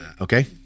Okay